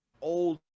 old